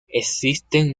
existen